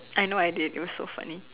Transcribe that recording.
I know I did it was so funny